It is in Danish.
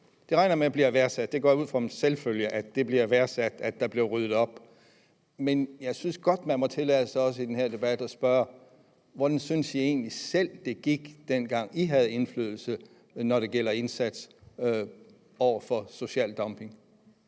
Det regner jeg med bliver værdsat. Jeg går ud fra som en selvfølge, at det bliver værdsat, at der bliver ryddet op. Men jeg synes godt, man må tillade sig også i den her debat at spørge: Hvordan synes Dansk Folkeparti egentlig selv det gik, dengang Dansk Folkeparti havde indflydelse, når det gælder indsats over for social dumping?